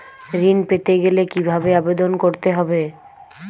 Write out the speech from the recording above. ঋণ পেতে গেলে কিভাবে আবেদন করতে হবে?